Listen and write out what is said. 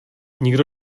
nikdo